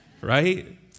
right